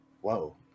whoa